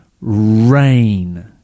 rain